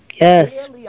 yes